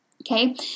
Okay